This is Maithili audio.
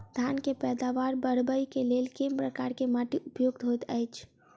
धान केँ पैदावार बढ़बई केँ लेल केँ प्रकार केँ माटि उपयुक्त होइत अछि?